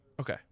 Okay